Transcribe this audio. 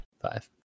Five